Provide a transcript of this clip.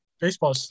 baseball